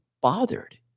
bothered